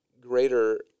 greater